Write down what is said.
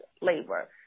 labor